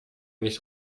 nicht